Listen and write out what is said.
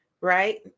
right